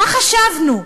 מה חשבנו?